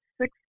six